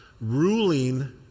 ruling